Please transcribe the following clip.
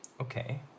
Okay